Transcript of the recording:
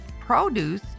Produce